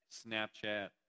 Snapchat